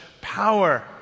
power